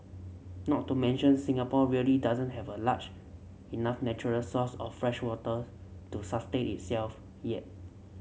not to mention Singapore really doesn't have a large enough natural source of freshwaters to sustain itself yet